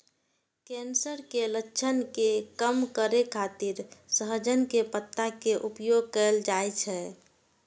cancer के लक्षण के कम करै खातिर सहजन के पत्ता के उपयोग कैल जाइ छै